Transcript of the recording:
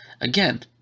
again